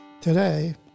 Today